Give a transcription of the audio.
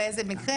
באיזה מקרים,